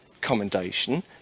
commendation